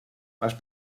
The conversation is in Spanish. más